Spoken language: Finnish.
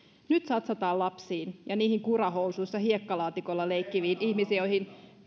nyt satsataan lapsiin ja niihin kurahousuissa hiekkalaatikolla leikkiviin ihmisiin joihin